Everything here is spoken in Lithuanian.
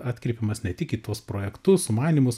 atkreipiamas ne tik į tuos projektus sumanymus